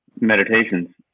meditations